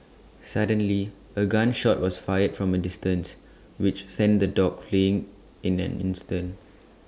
suddenly A gun shot was fired from A distance which sent the dogs fleeing in an instant